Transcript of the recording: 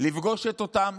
לפגוש את אותם